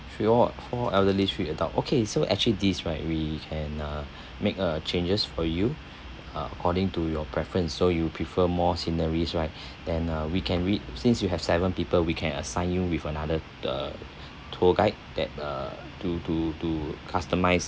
three or four elderly three adult okay so actually this right we can uh make a changes for you uh according to your preference so you prefer more sceneries right then uh we can re~ since you have seven people we can assign you with another uh tour guide that uh to to to customise